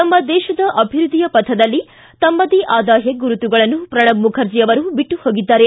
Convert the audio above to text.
ನಮ್ನ ದೇತದ ಅಭಿವೃದ್ದಿಯ ಪಥದಲ್ಲಿ ತಮ್ನದೇ ಆದ ಹೆಗ್ಗುರುತುಗಳನ್ನು ಪ್ರಣಬ್ ಮುಖರ್ಜಿ ಅವರು ಬಿಟ್ಟು ಹೋಗಿದ್ದಾರೆ